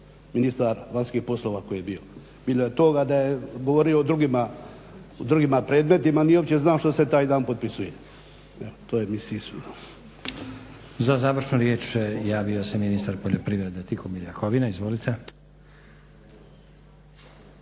ministar vanjskih poslova koji je bio. Bilo je toga da je govorio o drugima predmetima, nije uopće znao što se taj dan potpisuje. Evo to je mislim iskreno. **Stazić, Nenad (SDP)** Za završnu riječ javio se ministar poljoprivrede Tihomir Jakovina. Izvolite.